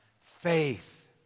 faith